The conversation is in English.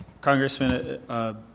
Congressman